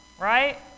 right